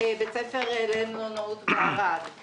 בית ספר למלונאות בערד;